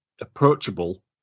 approachable